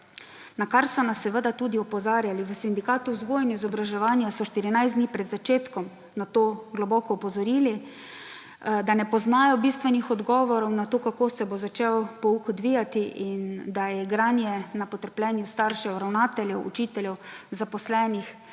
Na kar so nas seveda tudi opozarjali. V Sindikatu vzgoje in izobraževanja so 14 dni pred začetkom na to globoko opozorili, da ne poznajo bistvenih odgovorov na to, kako se bo začel pouk odvijati in da je igranje na potrpljenju staršev, ravnateljev, učiteljev, zaposlenih